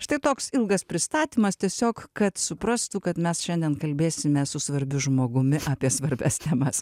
štai toks ilgas pristatymas tiesiog kad suprastų kad mes šiandien kalbėsime su svarbiu žmogumi apie svarbias temas